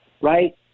right